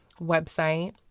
website